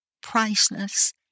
priceless